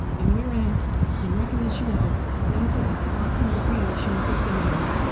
and where as in recognition of the benefits of parks and recreation facilities,